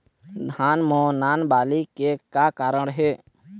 धान म नान बाली के का कारण हे?